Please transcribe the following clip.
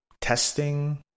testing